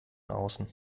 außen